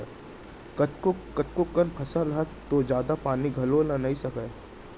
कतको कन फसल ह तो जादा पानी घलौ ल नइ सहय